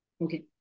Okay